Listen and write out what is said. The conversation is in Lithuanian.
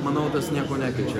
manau tas nieko nekeičia